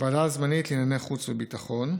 הוועדה הזמנית לענייני חוץ וביטחון: